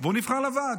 ונבחר לוועד.